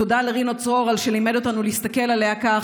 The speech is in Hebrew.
ותודה לרינו צרור על שלימד אותנו להסתכל עליה כך.